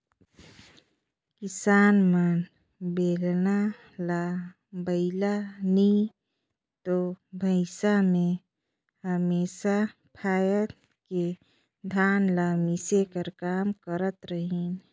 किसान मन बेलना ल बइला नी तो भइसा मे हमेसा फाएद के धान ल मिसे कर काम करत रहिन